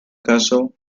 caso